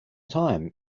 time